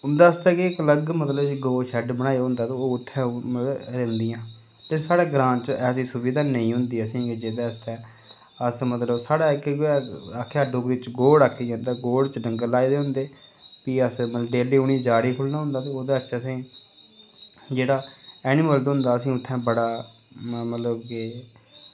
उंदे आस्तै केह् इक अलग मतलब इक गौ शैड बनाए दा होंदा ते ओह् उत्थै मतलब रौंह्दियां ते साढ़ै ग्रांऽ च ऐसी सुविधा नेईं होंदी असेंगी के जेह्दे आस्तै अस मतलब साढ़ै इक केह् होएया आखेआ डोगरी च गौड़ आखेआ जंदा गौड़ च डंगर लाए दे होंदे फ्ही अस मतलब के अद्धे उनेंगी जाड़ै खोलना होंदा ते ओह्दे आस्तै असेंगी जेह्ड़ा ऐनी मर्द होंदा असेंगी उत्थै बड़ा म मतलब के